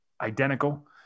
identical